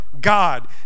God